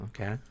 Okay